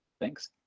Thanks